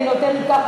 אני נותנת ככה,